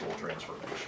transformation